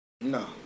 No